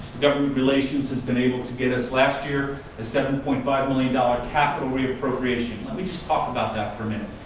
government relations has and been able to get us last year a seven point five million dollars capital re-appropriation. let me just talk about that for a minute.